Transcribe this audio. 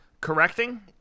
correcting